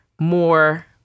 more